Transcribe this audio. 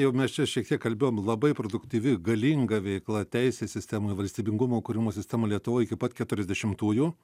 jau mes čia šiek tiek kalbėjom labai produktyvi galinga veikla teisės sistemoj valstybingumo kūrimo sistemoj lietuvoj iki pat keturiasdešimtųjų